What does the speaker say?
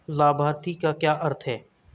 लाभार्थी का क्या अर्थ है?